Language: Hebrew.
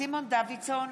סימון דוידסון,